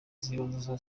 z’ibanze